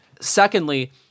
Secondly